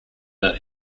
that